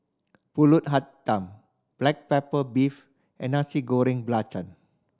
Pulut Hitam black pepper beef and Nasi Goreng Belacan